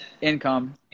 income